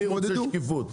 אני רוצה שקיפות.